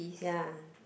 ya